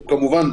כמובן,